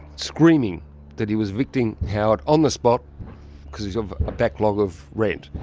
screaming that he was evicting howard on the spot because of a backlog of rent.